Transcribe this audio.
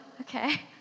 okay